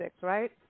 right